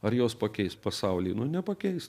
ar jos pakeis pasaulį nu nepakeis